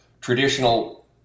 traditional